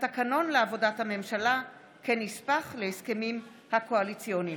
התקנון לעבודת הממשלה כנספח להסכמים הקואליציוניים.